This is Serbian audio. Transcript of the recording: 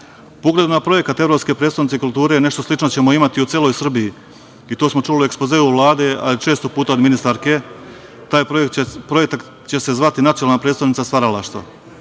ugledu na projekat – Evropske prestonice kulture nešto slično ćemo imati u Srbiji, i to smo čuli u ekspozeu Vlade, a često puta od ministarke. Taj projekat će se zvati – Nacionalna prestonica stvaralaštva.